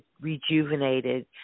rejuvenated